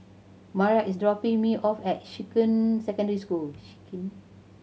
Mariah is dropping me off at Shuqun Secondary School